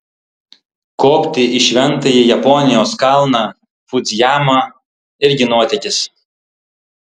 kopti į šventąjį japonijos kalną fudzijamą irgi nuotykis